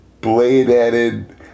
blade-added